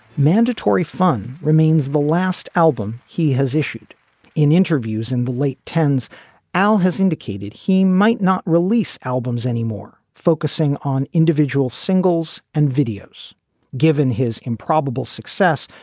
mandatory fun remains the last album he has issued in interviews in the late ten point s al has indicated he might not release albums anymore, focusing on individual singles and videos given his improbable success.